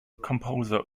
composer